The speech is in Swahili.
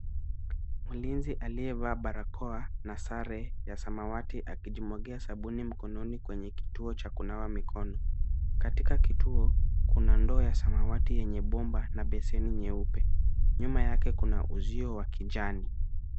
Mulinzi aliyevaa barakoa na sare ya samawati akijimwagia sabuni mkononi kweye kituo cha kunawa mikono. Katika kituo kunda ndoo ya samawati yenye bomba na beseni nyeupe. Nyuma yake kuna ujio wa kijani.